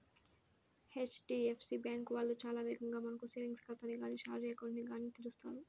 HDFC bank వాళ్ళు చాలా వేగంగా మనకు సేవింగ్స్ ఖాతాని గానీ శాలరీ అకౌంట్ ని గానీ తెరుస్తారు